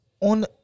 on